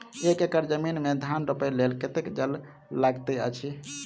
एक एकड़ जमीन मे धान रोपय लेल कतेक जल लागति अछि?